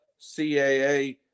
CAA